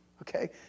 Okay